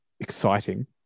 exciting